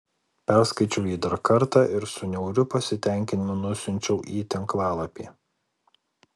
perskaičiau jį dar kartą ir su niauriu pasitenkinimu nusiunčiau į tinklalapį